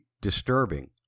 disturbing